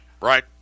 right